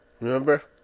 Remember